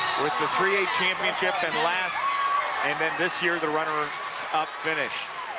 with the three a champions in last and this year the runner up finish.